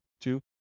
Two